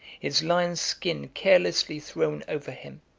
his lion's skin carelessly thrown over him,